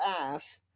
ass